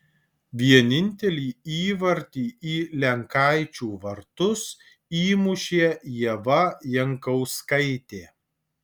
vienintelį įvartį į lenkaičių vartus įmušė ieva jankauskaitė